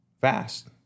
fast